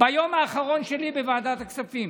ביום האחרון שלי בוועדת הכספים